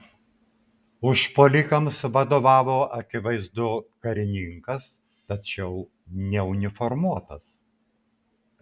užpuolikams vadovavo akivaizdu karininkas tačiau neuniformuotas